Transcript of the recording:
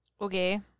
Okay